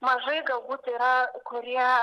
mažai galbūt yra kurie